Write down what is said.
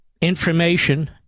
information